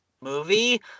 movie